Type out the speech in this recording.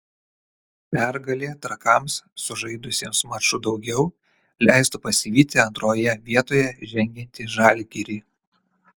pergalė trakams sužaidusiems maču daugiau leistų pasivyti antroje vietoje žengiantį žalgirį